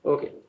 Okay